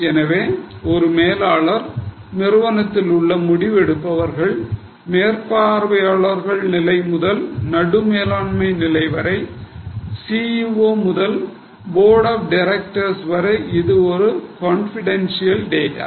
எனவே ஒரு மேலாளர் நிறுவனத்தில் உள்ள முடிவு எடுப்பவர்கள் மேற்பார்வையாளர் நிலை முதல் நடு மேலாண்மை நிலை வரை CEO முதல் போர்டு ஆஃ டைரக்டர்ஸ் வரை இது ஒரு கான்ஃபிடன்ஸ்யல் டேட்டா